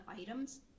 items